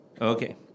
Okay